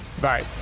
Bye